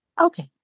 Okay